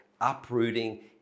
uprooting